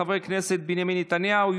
חברי הכנסת בנימין נתניהו,